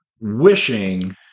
wishing